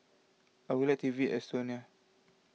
I would like to V Estonia